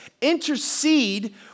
intercede